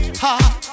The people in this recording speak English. hot